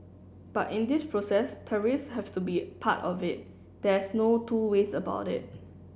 but in this process tariffs have to be part of it there's no two ways about it